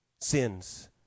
sins